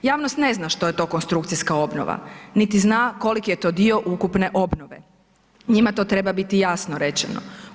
Javnost ne zna što je to konstrukcijska obnova niti zna koliko je to dio ukupne obnove, njima to treba biti jasno rečeno.